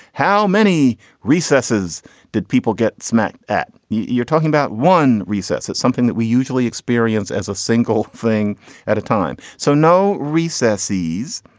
how many recesses did people get smacked at? you're talking about one recess. it's something that we usually experience as a single thing at a time. so no recess. these.